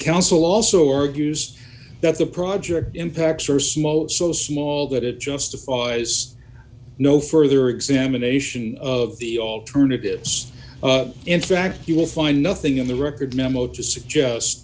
council also argues that the project impacts are small so small that it justifies no further examination of the alternatives in fact you will find nothing in the record memo to suggest